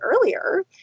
earlier